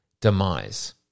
demise